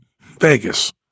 Vegas